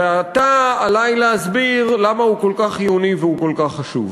ועתה עלי להסביר למה הוא כל כך חיוני וכל כך חשוב.